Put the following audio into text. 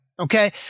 Okay